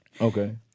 Okay